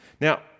Now